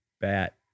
bat